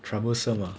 troublesome ah